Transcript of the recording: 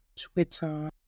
Twitter